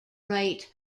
write